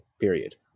period